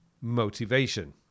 motivation